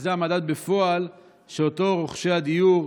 שזה המדד בפועל שאותו משלמים רוכשי הדיור,